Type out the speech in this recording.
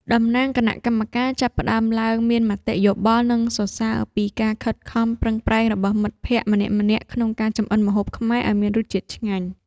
តំណាងគណៈកម្មការចាប់ផ្ដើមឡើងមានមតិយោបល់ និងសរសើរពីការខិតខំប្រឹងប្រែងរបស់មិត្តភក្តិម្នាក់ៗក្នុងការចម្អិនម្ហូបខ្មែរឱ្យមានរសជាតិឆ្ងាញ់។